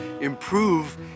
improve